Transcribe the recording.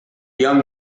young